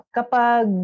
Kapag